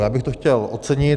Já bych to chtěl ocenit.